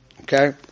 Okay